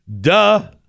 duh